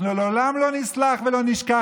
אנחנו לעולם לא נסלח ולא נשכח,